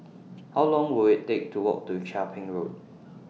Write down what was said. How Long Will IT Take to Walk to Chia Ping Road